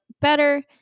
better